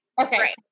Okay